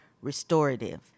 restorative